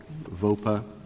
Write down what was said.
VOPA